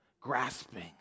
grasping